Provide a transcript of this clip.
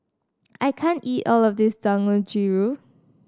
I can't eat all of this Dangojiru